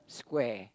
square